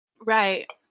Right